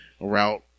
route